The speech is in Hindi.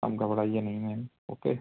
आप घबराइए नहीं मैम ओके